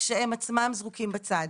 כשהם עצמם זרוקים בצד.